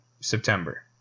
September